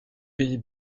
pays